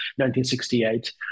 1968